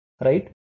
right